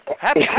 Happy